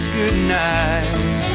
goodnight